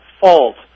fault